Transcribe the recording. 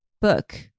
book